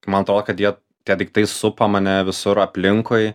man atrodo kad jie tie daiktai supa mane visur aplinkui